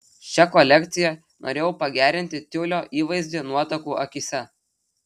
šia kolekcija norėjau pagerinti tiulio įvaizdį nuotakų akyse